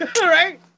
Right